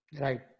Right